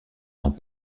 ans